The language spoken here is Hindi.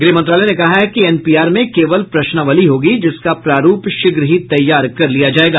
ग्रहमंत्रालय ने कहा है कि एन पी आर में केवल प्रश्नावली होगी जिसका प्रारूप शीघ्र ही तैयार कर लिया जाएगा